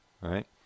Right